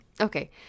Okay